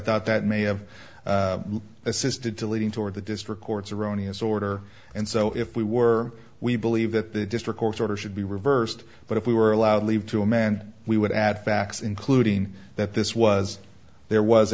thought that may have assisted to leading toward the district court's erroneous order and so if we were we believe that the district court's order should be reversed but if we were allowed leave to amend we would add facts including that this was there was